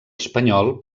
espanyol